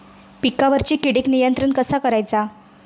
पिकावरची किडीक नियंत्रण कसा करायचा?